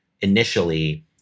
initially